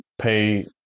pay